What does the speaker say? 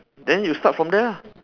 then you start from there ah